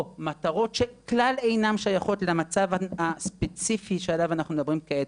או מטרות שכלל אינן שייכות למצב הספציפי שעליו אנחנו מדברים כעת,